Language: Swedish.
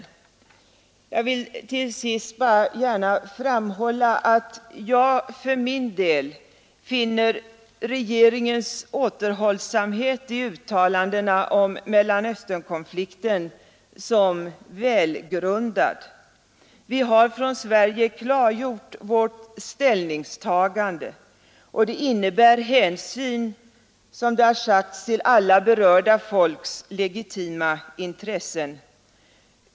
Jag vill till sist gärna framhålla att jag för min del finner regeringens återhållsamhet i uttalandena om Mellanösternkonflikten välgrundad. Vi har från Sveriges sida klargjort vårt ställningstagande, och det innebär hänsyn — som det har sagts — till alla berörda folks legitima intressen.